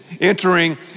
entering